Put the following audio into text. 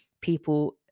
people